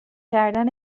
کردن